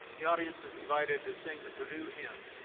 the audience is invited to sing the purdue hymn.